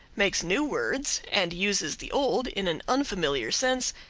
makes new words and uses the old in an unfamiliar sense,